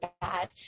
bad